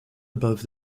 above